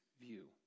view